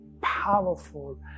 powerful